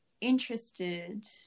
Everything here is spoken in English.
interested